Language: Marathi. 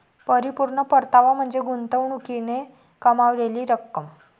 परिपूर्ण परतावा म्हणजे गुंतवणुकीने कमावलेली रक्कम